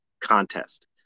contest